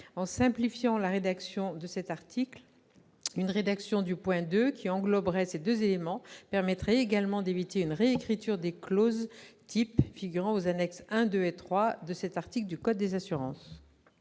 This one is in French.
en simplifiant la rédaction de cet article. Une rédaction du point II qui engloberait ces deux éléments permettrait également d'éviter une réécriture des clauses types figurant aux annexes I, II et III de l'article A243-1 du code des assurances.